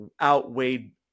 outweighed